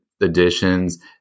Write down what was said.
additions